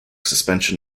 suspension